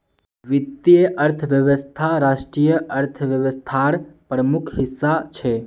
वीत्तिये अर्थवैवस्था राष्ट्रिय अर्थ्वैवास्थार प्रमुख हिस्सा छे